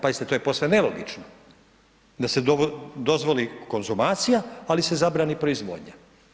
Pazite to je posve nelogično da se dozvoli konzumacija, ali se zabrani proizvodnja.